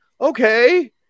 okay